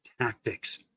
tactics